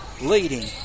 leading